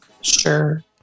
Sure